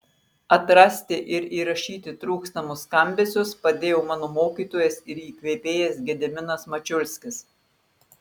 atrasti ir įrašyti trūkstamus skambesius padėjo mano mokytojas ir įkvėpėjas gediminas mačiulskis